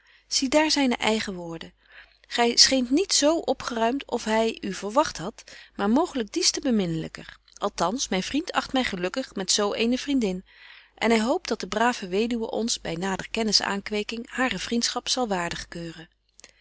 zie daar zyne eigen woorden gy scheent niet z opgeruimt als hy u verwagt hadt maar mooglyk dies te beminlyker althans myn vriend acht my gelukkig met zo betje wolff en aagje deken historie van mejuffrouw sara burgerhart eene vriendin en hy hoopt dat de brave weduwe ons by nader kennis aankweking hare vriendschap zal waardig keuren